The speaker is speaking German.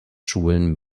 schulen